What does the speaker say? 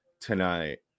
tonight